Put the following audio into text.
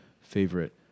favorite